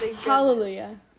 Hallelujah